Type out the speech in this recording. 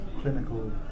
clinical